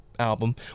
album